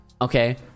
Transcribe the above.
Okay